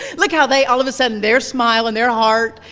look how they, all of a sudden, they're smiling, their heart,